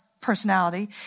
personality